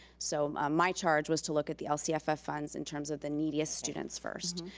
so ah my charge was to look at the lcff ah funds in terms of the neediest students first.